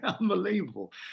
unbelievable